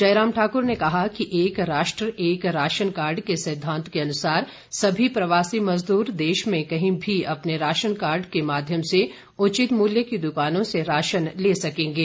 जयराम ठाकुर ने कहा कि एक राष्ट्र एक राशन कार्ड के सिद्वान्त के अनुसार सभी प्रवासी मजदूर देश में कहीं भी अपने राशन कार्ड के माध्यम से उचित मूल्य की दुकान से राशन ले सकेंगे